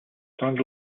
stand